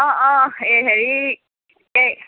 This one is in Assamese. অ অ এই হেৰি এই